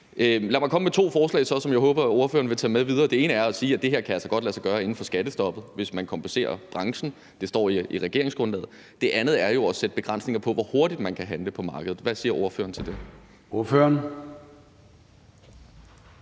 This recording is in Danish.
Lad mig komme med to forslag, som jeg håber ordføreren vil tage med videre. Det ene er at sige, at det her altså godt kan lade sig gøre inden for skattestoppet, hvis man kompenserer branchen; det står i regeringsgrundlaget. Det andet er at sætte begrænsninger på, hvor hurtigt man kan handle på markedet. Hvad siger ordføreren til det?